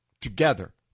together